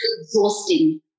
Exhausting